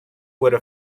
would